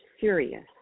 serious